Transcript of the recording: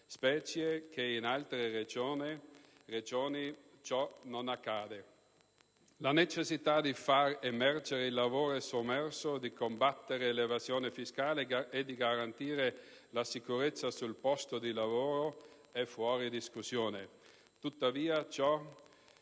fatto che in altre Regioni ciò non accade. La necessità di fare emergere il lavoro sommerso, di combattere l'evasione fiscale e di garantire la sicurezza sul posto di lavoro è fuori discussione. Tuttavia, ciò